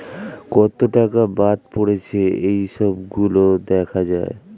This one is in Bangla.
কত টাকা বাদ পড়েছে এই সব গুলো দেখা যায়